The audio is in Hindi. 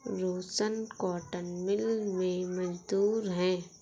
रोशन कॉटन मिल में मजदूर है